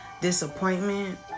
disappointment